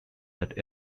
that